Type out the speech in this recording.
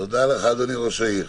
תודה לך, אדוני ראש העיר.